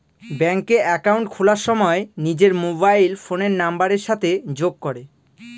ব্যাঙ্কে একাউন্ট খোলার সময় নিজের মোবাইল ফোনের নাম্বারের সাথে যোগ করে